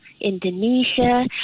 Indonesia